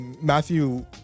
Matthew